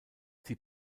sie